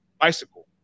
Bicycle